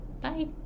Bye